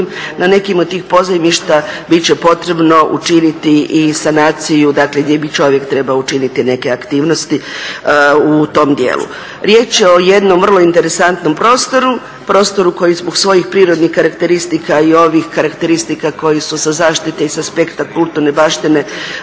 na nekim od tih pozajmišta bit će potrebno učiniti i sanaciju, dakle gdje bi čovjek trebao učiniti neke aktivnosti u tom dijelu. Riječ je o jednom vrlo interesantnom prostoru, prostoru koji … svojih prirodnih karakteristika i ovih karakteristika koje su sa zaštite i s aspekta kulturne baštine